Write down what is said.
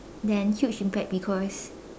then huge impact because